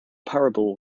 parable